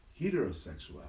heterosexuality